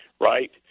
right